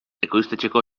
ekoiztetxeko